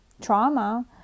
trauma